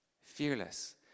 Fearless